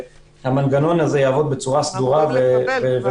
המנגנון הזה יעבוד בצורה סדורה ומוצלחת.